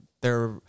they're-